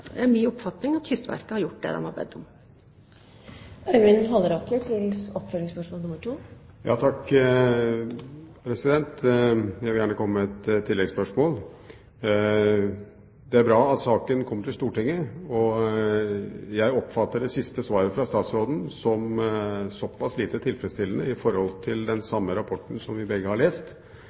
er min oppfatning at Kystverket har gjort det de er bedt om. Jeg vil gjerne komme med et tilleggsspørsmål. Det er bra at saken kommer til Stortinget. Jeg oppfatter det siste svaret fra statsråden som såpass lite tilfredsstillende, om den rapporten som vi begge har lest,